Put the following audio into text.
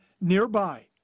nearby